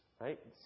Right